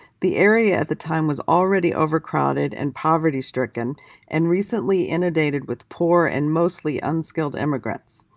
the area at the time was already overcrowded and poverty-stricken and recently inundated with poor and, mostly, unskilled immigrants.